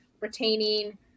retaining